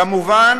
כמובן